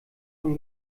von